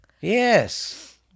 Yes